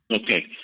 Okay